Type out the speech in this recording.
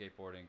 skateboarding